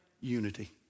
Unity